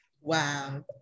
Wow